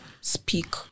speak